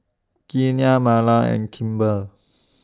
Keanna Marla and Kimber